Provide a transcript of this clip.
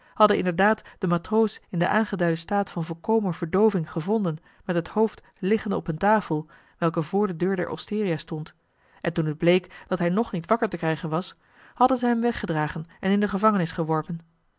hadden inderdaad den matroos in den aangeduiden staat van volkomen verdooving gevonden met het hoofd liggende op een tafel welke voor de deur der osteria stond en toen het bleek dat hij nog niet wakker te krijgen was hadden zij hem weggedragen en in de gevangenis geworpen